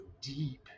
deep